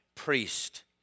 priest